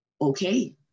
Okay